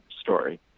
story